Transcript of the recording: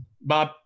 Bob